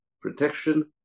protection